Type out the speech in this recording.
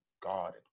God